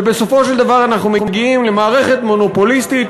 ובסופו של דבר אנחנו מגיעים למערכת מונופוליסטית